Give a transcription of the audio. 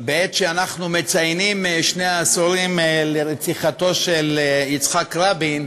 בעת שאנחנו מציינים שני עשורים לרציחתו של יצחק רבין,